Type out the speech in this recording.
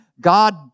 God